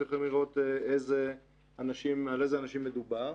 ואתם יכולים לראות על איזה אנשים מדובר.